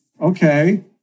Okay